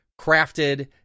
crafted